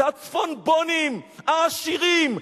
זה ה"צפונבונים" העשירים,